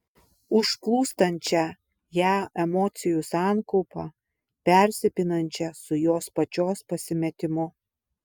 užplūstančią ją emocijų sankaupą persipinančią su jos pačios pasimetimu